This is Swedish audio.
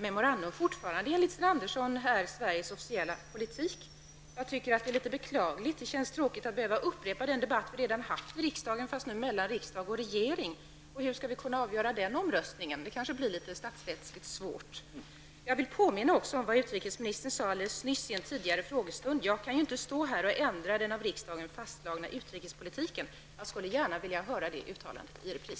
memorandum fortfarande enligt Sten Andersson utgör Sveriges officiella politik. Jag tycker att det är litet beklagligt. Det känns tråkigt att behöva upprepa den debatt vi redan har haft i riksdagen, fastän det nu gäller riksdag och regering. Hur skall vi kunna avgöra den omröstningen? Det kanske blir statsrättsligt svårt. Jag vill även påminna om vad utrikesministern sade nyligen i en tidigare frågestund. Han sade att han inte kan stå här och ändra den av riksdagen fastslagna utrikespolitiken. Jag skulle gärna vilja höra det uttalandet i repris.